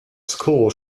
school